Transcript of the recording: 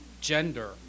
gender